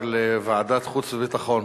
לוועדה שתקבע ועדת הכנסת נתקבלה.